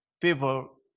people